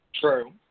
True